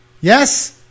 Yes